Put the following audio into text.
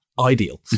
ideal